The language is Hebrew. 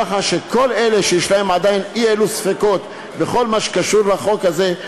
ככה שכל אלה שיש להם עדיין אי-אלו ספקות בכל מה שקשור לחוק הזה,